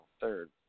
third